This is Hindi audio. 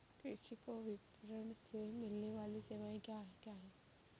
कृषि को विपणन से मिलने वाली सेवाएँ क्या क्या है